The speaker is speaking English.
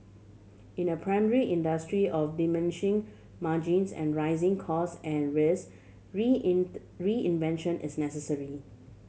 in a primary industry of diminishing margins and rising cost and risk reinvention is necessary